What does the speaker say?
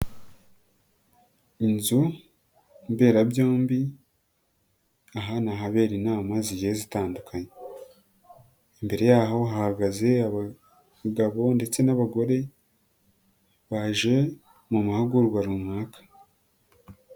Inzu mberabyombi aha ni ahabera inama zigiye zitandukanye, imbere yaho hahagaze abagabo ndetse n'abagore, baje mu mahugurwa runaka.